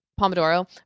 Pomodoro